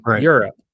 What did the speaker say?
Europe